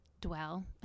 dwell